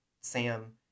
Sam